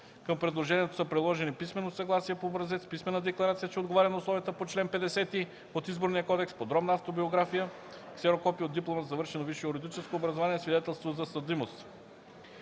Към предложението са приложени: - писмено съгласие по образец; - писмена декларация, че отговоря на условията по чл. 50 от Изборния кодекс; - подробна автобиография; - ксерокопие от диплома за завършено висше юридическо образование; - свидетелство за съдимост.